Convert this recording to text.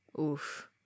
Oof